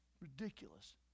ridiculous